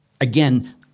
again